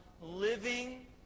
living